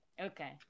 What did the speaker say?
Okay